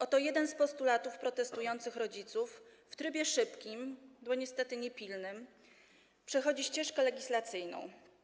Oto jeden z postulatów protestujących rodziców w trybie szybkim, bo niestety nie pilnym, przechodzi ścieżkę legislacyjną.